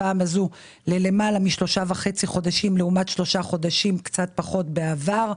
הפעם זה למעלה מ-3.5 חודשים לעומת קצת פחות מ-3 חודשים בעבר,